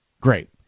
Great